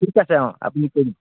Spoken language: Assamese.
ঠিক আছে অঁ আপুনি